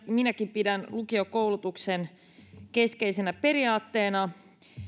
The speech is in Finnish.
minäkin pidän lukiokoulutuksen keskeisenä periaatteena